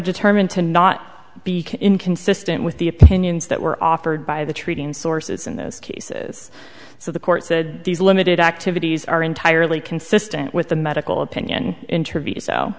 determined to not be inconsistent with the opinions that were offered by the treating sources in those cases so the court said these limited activities are entirely consistent with the medical opinion interview